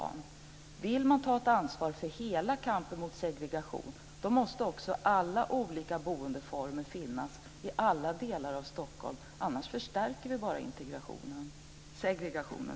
Om man vill ta ett ansvar för hela kampen mot segregation då måste också alla olika boendeformer finnas i alla delar av Stockholm, annars förstärker vi bara segregationen.